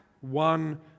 one